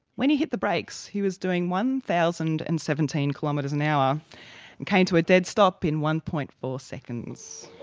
when he hit the brakes he was doing one thousand and seventeen kilometres an hour and came to a dead stop in one. four seconds.